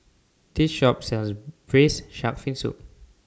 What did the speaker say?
This Shop sells Braised Shark Fin Soup